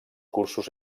cursos